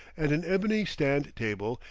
and an ebony stand-table,